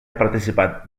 participat